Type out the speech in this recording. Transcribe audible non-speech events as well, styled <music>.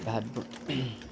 ভাত <unintelligible>